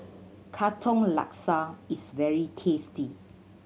Katong Laksa is very tasty